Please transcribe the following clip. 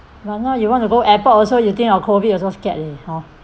but now you want to go airport also you think of COVID you also scared leh hor